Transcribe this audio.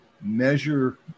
measure